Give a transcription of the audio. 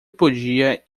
podia